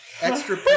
extra